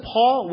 Paul